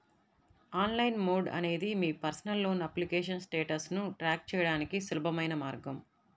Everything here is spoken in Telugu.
ఆన్లైన్ మోడ్ అనేది మీ పర్సనల్ లోన్ అప్లికేషన్ స్టేటస్ను ట్రాక్ చేయడానికి సులభమైన మార్గం